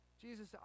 Jesus